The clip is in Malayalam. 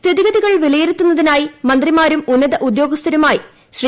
സ്ഥിതിഗതികൾ വിലയിരുത്തുന്നതിന്ടായി മന്ത്രിമാരും ഉന്നത ഉദ്യോഗസ്ഥരുമായി ശ്രീ